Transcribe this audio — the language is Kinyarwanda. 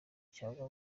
cyangwa